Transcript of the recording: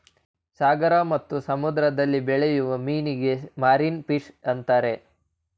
ಸಾಗರ ಮತ್ತು ಸಮುದ್ರದಲ್ಲಿ ಬೆಳೆಯೂ ಮೀನಿಗೆ ಮಾರೀನ ಫಿಷ್ ಅಂತರೆ